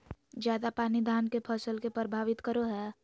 ज्यादा पानी धान के फसल के परभावित करो है?